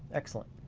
excellent.